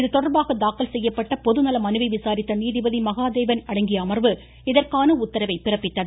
இதுதொடர்பாக தாக்கல் செய்யப்பட்ட பொதுநல மனுவை விசாரித்த நீதிபதி மகாதேவன் அடங்கிய அமர்வு இதற்கான உத்தரவை பிறப்பித்தது